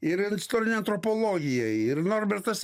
ir istorinė antropologija ir norbertas